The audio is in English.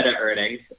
earnings